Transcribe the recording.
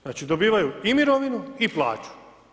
Znači dobivaju i mirovinu i plaću.